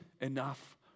enough